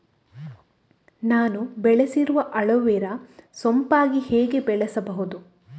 ನಾನು ಬೆಳೆಸಿರುವ ಅಲೋವೆರಾ ಸೋಂಪಾಗಿ ಹೇಗೆ ಬೆಳೆಸಬಹುದು?